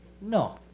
No